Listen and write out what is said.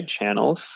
channels